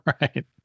Right